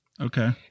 Okay